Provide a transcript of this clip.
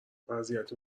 وضعیت